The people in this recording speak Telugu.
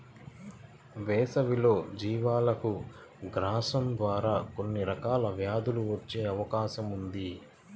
వేసవిలో జీవాలకు గ్రాసం ద్వారా కొన్ని రకాల వ్యాధులు వచ్చే అవకాశం ఉంది